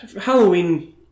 Halloween